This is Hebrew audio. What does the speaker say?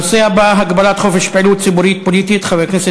הנושא הבא: הגבלת חופש פעילות ציבורית פוליטית לסטודנטים בקמפוסים,